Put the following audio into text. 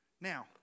Now